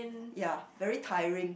ya very tiring